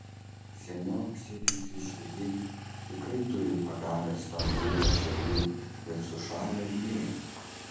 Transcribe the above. seniau sėdintys žvejai tikrai turi pagavę stambių ešerių bet sušalę vyrai